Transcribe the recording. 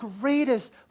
greatest